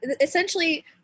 essentially